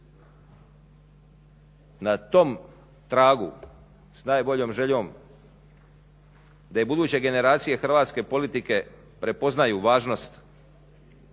Na tom pragu s najboljom željom da i budeće generacije hrvatske politike prepoznaju važnost